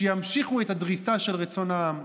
שימשיכו את הדריסה של רצון העם.